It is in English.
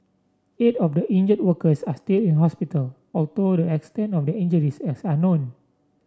eight of the injured workers are still in hospital although the extent of their injuries is unknown